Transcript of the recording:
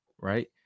Right